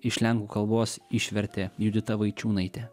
iš lenkų kalbos išvertė judita vaičiūnaitė